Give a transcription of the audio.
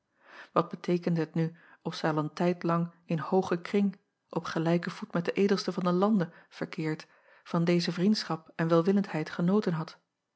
at beteekende het nu of zij al een tijd lang in hoogen kring op gelijken voet met de edelsten van den lande verkeerd van deze vriendschap en welwillendheid genoten had